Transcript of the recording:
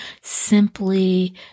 simply